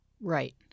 Right